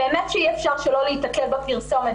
באמת שאי אפשר שלא להיתקל בפרסומת,